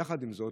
יחד עם זאת,